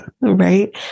right